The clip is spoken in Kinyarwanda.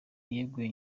yeguye